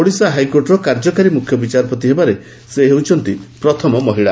ଓଡ଼ିଶା ହାଇକୋର୍ଟର କାର୍ଯ୍ୟକାରୀ ମୁଖ୍ୟବିଚାରପତି ହେବାରେ ସେ ହେଉଛନ୍ତି ପ୍ରଥମ ମହିଳା